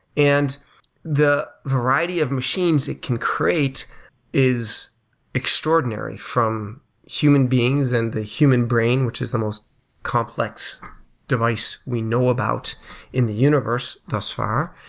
and the variety of machines it can create is extraordinary from human beings and the human brain, which is the most complex device we know about in the universe thus far,